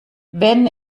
wenn